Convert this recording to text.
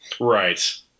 Right